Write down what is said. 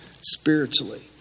spiritually